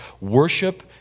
Worship